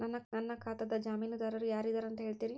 ನನ್ನ ಖಾತಾದ್ದ ಜಾಮೇನದಾರು ಯಾರ ಇದಾರಂತ್ ಹೇಳ್ತೇರಿ?